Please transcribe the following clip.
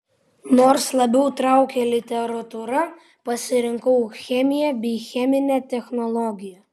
nors labiau traukė literatūra pasirinkau chemiją bei cheminę technologiją